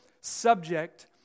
subject